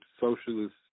socialist